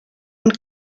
und